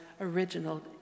original